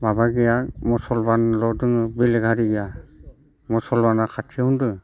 माबा गैया मुसलमानल' दङ बेलेक हारि गैया मुसलमाना खाथियावनो दङ